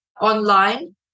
online